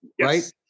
right